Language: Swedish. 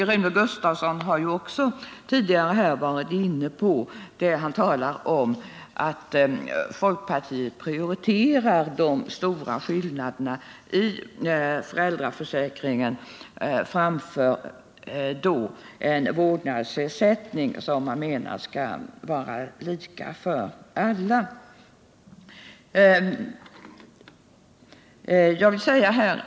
Rune Gustavsson har här tidigare också varit inne på att folkpartiet prioriterar de stora skillnaderna i föräldraförsäkringen framför en vårdnadsersättning, som man menar skall vara lika för alla.